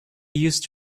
used